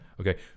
Okay